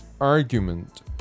argument